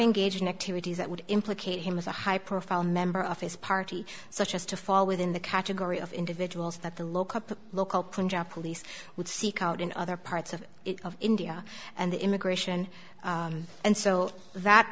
engaged in activities that would implicate him as a high profile member of his party such as to fall within the category of individuals that the local local police would seek out in other parts of india and the immigration and so that